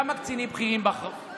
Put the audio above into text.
כמה קצינים חקרו?